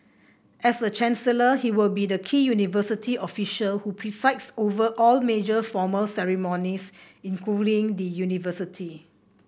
as chancellor he will be the key university official who presides over all major formal ceremonies involving the university